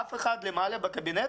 אף אחד למעלה בקבינט